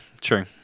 true